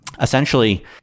essentially